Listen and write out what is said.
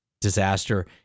disaster